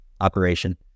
operation